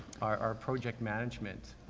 our, our project management,